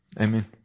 Amen